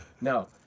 No